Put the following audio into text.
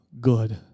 good